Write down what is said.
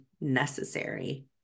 necessary